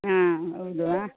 ಹಾಂ ಹೌದು